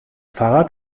fahrrad